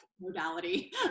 modality